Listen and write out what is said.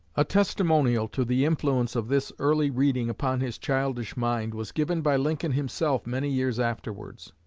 a testimonial to the influence of this early reading upon his childish mind was given by lincoln himself many years afterwards.